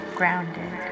grounded